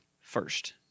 first